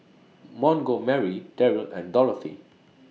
Montgomery Deryl and Dorothy